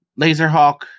Laserhawk